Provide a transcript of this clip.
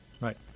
Right